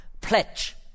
pledge